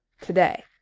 today